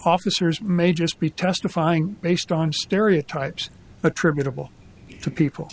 officers may just be testifying based on stereotypes attributable to people